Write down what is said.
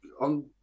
on